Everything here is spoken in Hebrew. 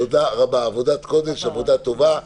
תודה רבה, עבודת קודש, עבודה טובה.